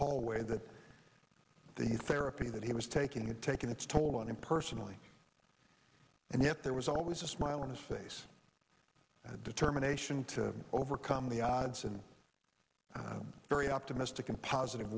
hallway that the therapy that he was taking had taken its toll on him personally and yet there was always a smile on his face that determination to overcome the odds and i'm very optimistic and positive